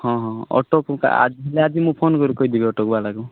ହଁ ହଁ ଅଟୋକୁ କା ଆଜି ହେଲେ ଆଜି ମୁଁ ଫୋନ୍ କରିକି କହିଦେବି ଅଟୋକୁ ବାଲାକୁ